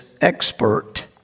expert